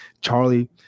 Charlie